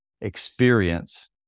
experience